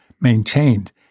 maintained